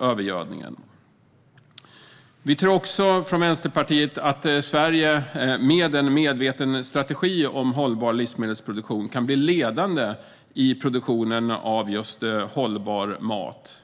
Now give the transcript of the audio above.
övergödningen. Från Vänsterpartiets sida tror vi också att Sverige med hjälp av en medveten strategi för hållbar livsmedelsproduktion kan bli ledande i produktionen av just hållbar mat.